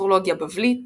אסטרולוגיה בבלית